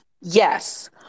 Yes